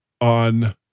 on